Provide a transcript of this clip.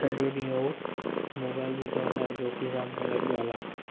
सॼो ॾींहुं हो मोबाइल बि थो हलाए जो कि जाम ग़लत ॻाल्हि आ्हे